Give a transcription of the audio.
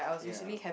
ya